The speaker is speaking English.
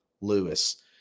Lewis